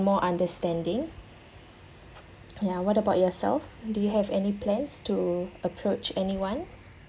gain more understanding ya what about yourself do you have any plans to approach anyone